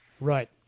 Right